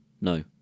No